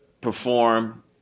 perform